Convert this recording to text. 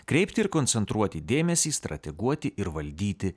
kreipti ir koncentruoti dėmesį strateguoti ir valdyti